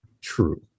true